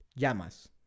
llamas